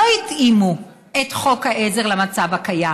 לא התאימו את חוק העזר למצב הקיים: